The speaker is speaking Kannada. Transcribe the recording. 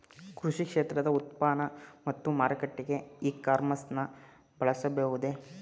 ಕೃಷಿ ಕ್ಷೇತ್ರದ ಉತ್ಪನ್ನ ಮತ್ತು ಮಾರಾಟಕ್ಕೆ ಇ ಕಾಮರ್ಸ್ ನ ಬಳಸಬಹುದೇ?